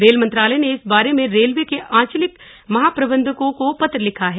rail मंत्रालय ने इस बारे में रेलवे के आंचलिक महाप्रबंधकों को पत्र लिखा है